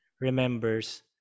remembers